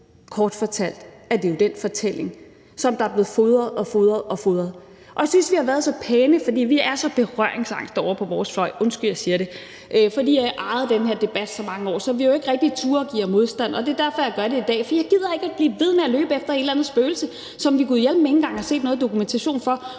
Kort fortalt er det den fortælling, som er blevet fodret, fodret og fodret. Og jeg synes, vi har været så pæne, for vi er så berøringsangst ovre på vores fløj, undskyld, jeg siger det, for I har ejet den her debat i så mange år, at vi ikke rigtig har turdet give jer modstand. Men det er derfor, jeg gør det i dag, for jeg gider ikke blive ved med at løbe efter et eller andet spøgelse, som vi gudhjælpemig ikke engang har set noget dokumentation for,